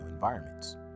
environments